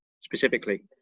specifically